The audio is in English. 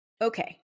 Okay